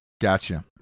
Gotcha